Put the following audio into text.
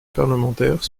parlementaire